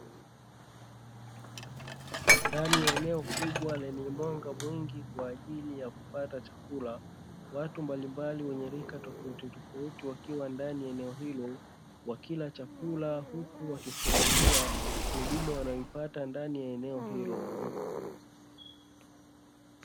Ndani ya eneo kubwa lenye mwanga mwingi kwa ajili ya kupata chakula, watu mbalimbali wenye rika tofautitofauti wakiwa ndani ya eneo hilo wakila chakula huku wakifurahia huduma wanayoipata ndani ya eneo hilo.